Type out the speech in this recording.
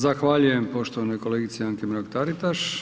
Zahvaljujem poštovanoj kolegici Anki Mrak Taritaš.